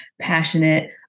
passionate